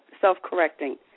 self-correcting